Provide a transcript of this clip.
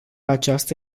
aceasta